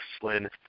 Flynn